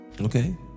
Okay